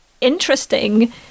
interesting